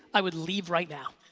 i would leave right now.